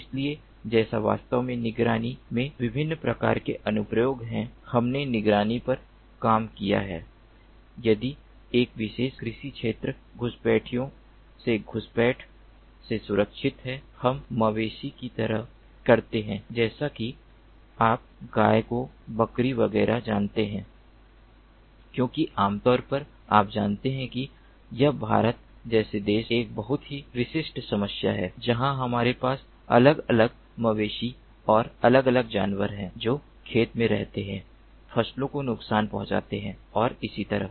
इसलिए जैसे वास्तव में निगरानी में विभिन्न प्रकार के अनुप्रयोग हैं हमने निगरानी पर काम किया है यदि एक विशेष कृषि क्षेत्र घुसपैठियों से घुसपैठ से सुरक्षित है हम मवेशी की तरह कहते हैं जैसा कि आप गायों को बकरी वगैरह जानते हैं क्योंकि आम तौर पर आप जानते हैं कि यह भारत जैसे देश एक बहुत ही में विशिष्ट समस्या है जहाँ हमारे पास अलग अलग मवेशी और अलग अलग जानवर हैं जो खेत में रहते हैं फसलों को नुकसान पहुँचाते हैं और इसी तरह